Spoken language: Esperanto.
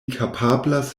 kapablas